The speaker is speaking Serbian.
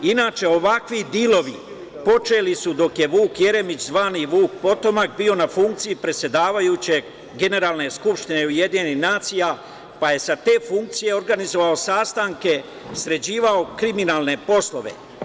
Inače, ovakvi dilovi počeli su dok je Vuk Jeremić, zvani Vuk potomak, bio na funkciji predsedavajućeg Generalne skupštine UN, pa je sa te funkcije organizovao sastanke, sređivao kriminalne poslove.